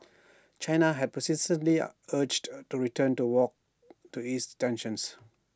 China had persistently urged A return to walks to ease tensions